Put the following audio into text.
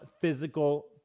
physical